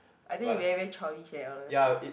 I think he very very childish eh honestly